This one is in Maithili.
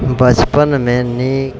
बचपनमे नीक